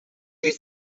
you